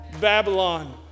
Babylon